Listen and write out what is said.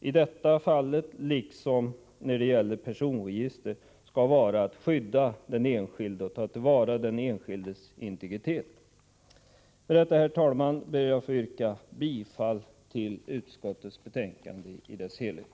i detta fall, liksom när det gäller personregister, skall vara att man skall skydda den enskilde och ta till vara den enskildes integritet. Med detta vill jag, herr talman, yrka bifall till utskottets hemställan i dess helhet.